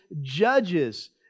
judges